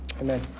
Amen